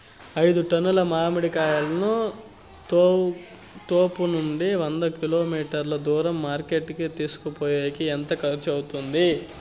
ఐదు టన్నుల మామిడి కాయలను తోపునుండి వంద కిలోమీటర్లు దూరం మార్కెట్ కి తీసుకొనిపోయేకి ఎంత ఖర్చు అవుతుంది?